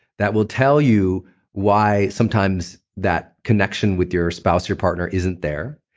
that will tell you why sometimes that connection with your spouse your partner isn't there,